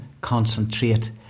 concentrate